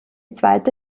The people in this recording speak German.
zweite